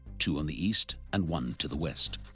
two on the east and one to the west.